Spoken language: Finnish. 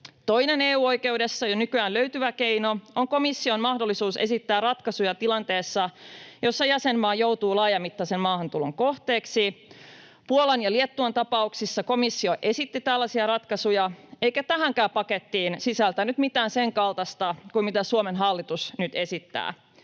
Toinen EU-oikeudessa jo nykyään löytyvä keino on komission mahdollisuus esittää ratkaisuja tilanteessa, jossa jäsenmaa joutuu laajamittaisen maahantulon kohteeksi. Puolan ja Liettuan tapauksissa komissio esitti tällaisia ratkaisuja, eikä tähänkään pakettiin sisältynyt mitään sen kaltaista, kuin mitä Suomen hallitus nyt esittää.